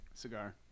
Cigar